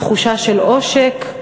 תחושה של עושק,